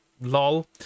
lol